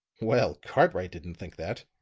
well, cartwright didn't think that.